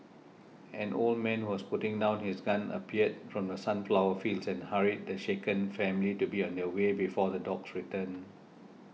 an old man who was putting down his gun appeared from the sunflower fields and hurried the shaken family to be on their way before the dogs return